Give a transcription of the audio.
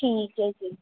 ਠੀਕ ਹੈ ਜੀ